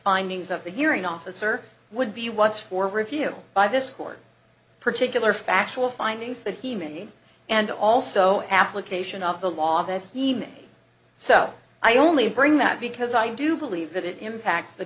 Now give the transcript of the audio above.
findings of the hearing officer would be once for review by this court particular factual findings that he made and also application of the law that even so i only bring that because i do believe that it impacts the